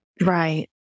Right